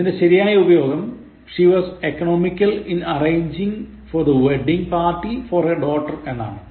ഇതിനെ ശരിയായ ഉപയോഗം She was economical in arranging for the wedding party of her daughter എന്നാണ്